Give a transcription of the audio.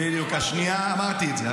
בדיוק, השנייה אמרתי את זה.